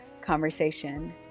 conversation